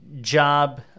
job